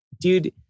Dude